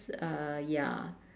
uh ya